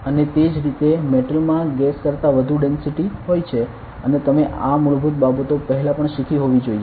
અને તે જ રીતે મેટલ માં ગેસ કરતા વધુ ડેન્સિટિ હોય છે અને તમે આ મૂળભૂત બાબતો પહેલાં પણ શીખી હોવી જોઇએ